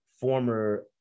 former